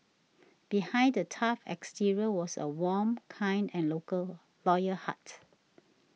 behind the tough exterior was a warm kind and loyal heart